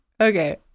Okay